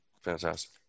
fantastic